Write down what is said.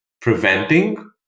preventing